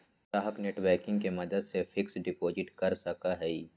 ग्राहक नेटबैंकिंग के मदद से फिक्स्ड डिपाजिट कर सका हई